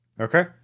Okay